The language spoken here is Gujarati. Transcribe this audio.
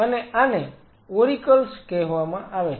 અને આને ઓરીકલ્સ કહેવામાં આવે છે